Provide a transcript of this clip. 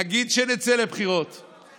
נגיד שנצא לבחירות, לא צריך בחירות.